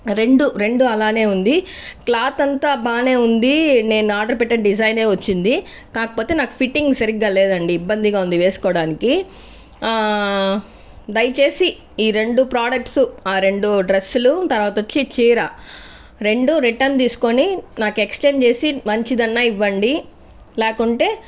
రెండు రెండు అలానే ఉంది క్లాత్ అంతా బాగానే ఉంది నేను ఆర్డర్ పెట్టిన డిజైనే వచ్చింది కాకపోతే నాకు ఫిట్టింగ్ సరిగ్గా లేదండి ఇబ్బందిగా ఉంది వేసుకోవడానికి దయచేసి ఈ రెండు ప్రొడక్ట్స్ రెండు డ్రెస్సులు తర్వాత వచ్చి చీర రెండు రిటర్న్ తీసుకొని నాకు ఎక్సేంజ్ చేసి మంచిదన్న ఇవ్వండి లేకుంటే